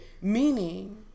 meaning